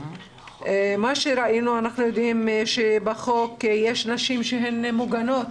אנחנו יודעים שבחוק יש נשים שהן מוגנות